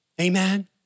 Amen